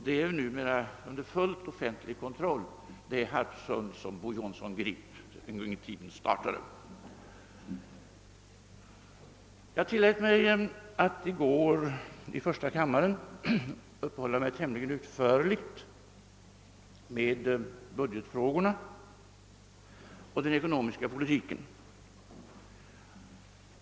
Det Harpsund som Bo Jonsson Grip en gång i tiden startade befinner sig nu under full offentlig kontroll. Jag tillät mig i går i första kammaren att uppehålla mig tämligen utförligt vid budgetfrågorna och den ekonomiska politiken.